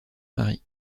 mari